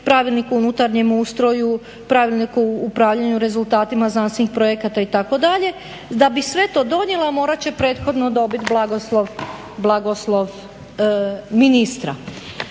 pravilnik o unutarnjem ustroju, pravilnik o upravljanju rezultatima znanstvenih projekata itd., da bi sve to donijela morat će prethodno dobit blagoslov ministra.